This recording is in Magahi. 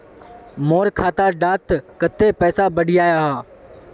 मोर खाता डात कत्ते पैसा बढ़ियाहा?